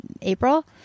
April